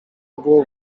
było